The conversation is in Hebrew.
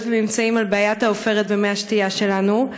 וממצאים על בעיית העופרת במי השתייה שלנו.